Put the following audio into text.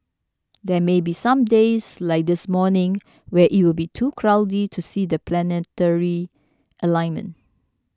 there may be some days like this morning where it will be too cloudy to see the planetary alignment